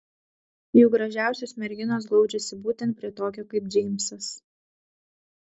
juk gražiausios merginos glaudžiasi būtent prie tokio kaip džeimsas